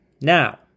Now